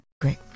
Great